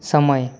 समय